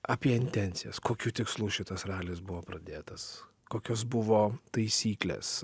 apie intencijas kokiu tikslu šitas ralis buvo pradėtas kokios buvo taisyklės